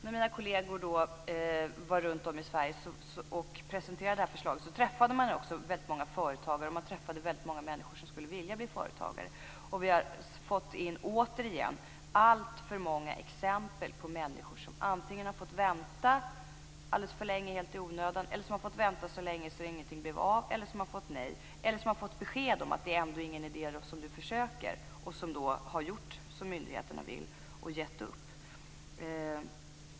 När mina kolleger presenterade förslaget runt om i Sverige träffade de väldigt många företagare, och de träffade väldigt många människor som skulle vilja bli företagare. Vi har återigen fått in alltför många exempel på människor som har fått vänta alldeles för länge helt i onödan, som har fått vänta så länge att det inte har blivit någonting av, som har fått nej eller som har fått besked om att det inte är någon idé att försöka. De har gjort som myndigheterna vill och givit upp.